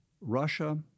Russia